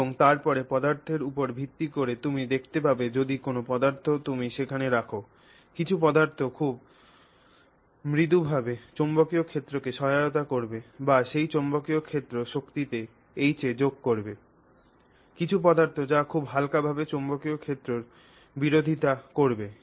এবং তারপরে পদার্থের উপর ভিত্তি করে তুমি দেখতে পাবে যদি কোনও পদার্থ তুমি সেখানে রাখ কিছু পদার্থ খুব মৃদুভাবে চৌম্বকীয় ক্ষেত্রকে সহায়তা করবে বা সেই চৌম্বকীয় ক্ষেত্র শক্তিতে H এ যোগ করবে কিছু পদার্থ যা খুব হালকা ভাবে চৌম্বকীয় ক্ষেত্রটির বিরোধিতা করবে